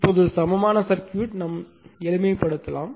இப்போது சமமான சர்க்யூட் எளிமைப்படுத்தப்படலாம்